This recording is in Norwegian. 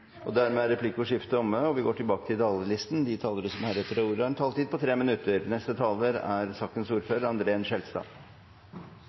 Dermed er replikkordskiftet omme. De talere som heretter får ordet, har en taletid på inntil 3 minutter. Det er